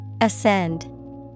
Ascend